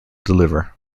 deliver